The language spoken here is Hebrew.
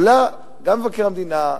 יכולים גם מבקר המדינה,